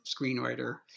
screenwriter